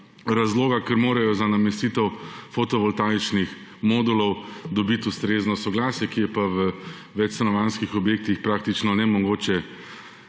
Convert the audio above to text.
razloga, ker morajo za namestitev fotovoltaičnih modulov dobiti ustrezno soglasje, ki ga je pa v večstanovanjskih objektih praktično nemogoče